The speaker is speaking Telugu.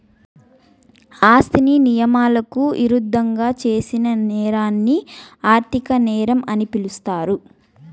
ఆస్తిని నియమాలకు ఇరుద్దంగా చేసిన నేరాన్ని ఆర్థిక నేరం అని పిలుస్తారు